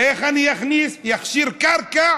איך אני אכשיר קרקע